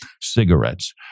cigarettes